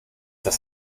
das